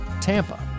Tampa